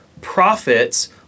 prophets